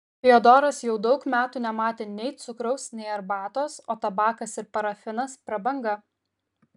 fiodoras jau daug metų nematė nei cukraus nei arbatos o tabakas ir parafinas prabanga